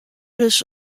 ris